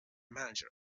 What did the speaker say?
manager